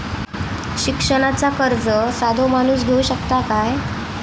शिक्षणाचा कर्ज साधो माणूस घेऊ शकता काय?